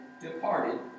departed